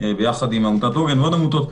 ביחד עם עמותות נוספות.